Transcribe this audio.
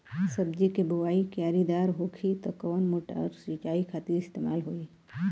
सब्जी के बोवाई क्यारी दार होखि त कवन मोटर सिंचाई खातिर इस्तेमाल होई?